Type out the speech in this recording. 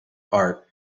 art